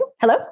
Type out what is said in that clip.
Hello